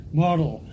model